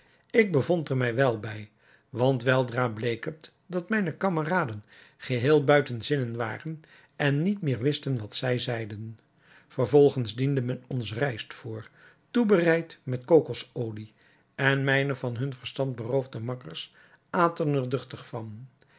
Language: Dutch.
ik bevond er mij wel bij want weldra bleek het dat mijne kameraden geheel buiten zinnen waren en niet meer wisten wat zij zeiden vervolgens diende men ons rijst voor toebereid met kokosolie en mijne van hun verstand beroofde makkers aten er duchtig van